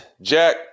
Jack